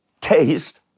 taste